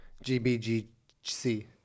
G-B-G-C